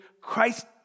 Christ